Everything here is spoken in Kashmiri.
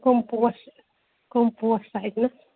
کٕم پوش کٕم پوش سجنس